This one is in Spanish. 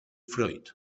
freud